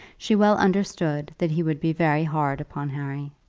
she well understood that he would be very hard upon harry.